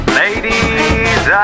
ladies